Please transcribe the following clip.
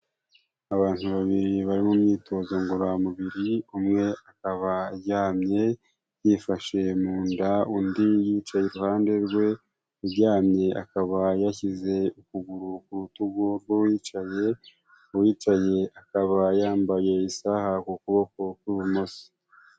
Abantu babiri bari mu myitozo ngororamubiri umwe akabaryamye yifashe mu nda undi yicaye iruhande rwe, uryamye akaba yashyize ukuguru ku rutugu rw'uwicaye akaba yambaye isaha ku kuboko kw'ibumoso.